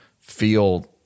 feel